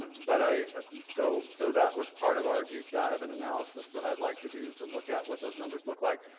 but i so so that was part of our deep dive and analysis that i'd like to do to look at what those numbers look like.